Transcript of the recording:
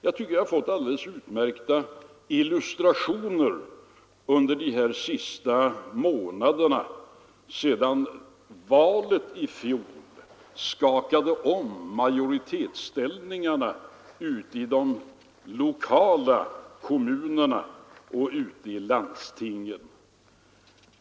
Jag tycker att jag har fått alldeles utmärkta illustrationer på detta under de här senaste månaderna sedan valet i fjol skakade om majoritetsställningarna ute i kommunerna och ute i landstingen.